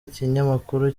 ikinyamakuru